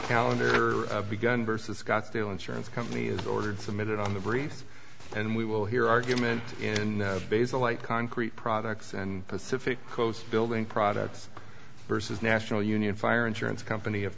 calendar begun versus scottsdale insurance company has ordered submitted on the briefs and we will hear argument in the light concrete products and pacific coast building products versus national union fire insurance company of